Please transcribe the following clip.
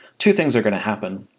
two things are going to happen.